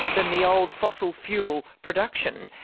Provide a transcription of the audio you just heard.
than the old fossil fuel production,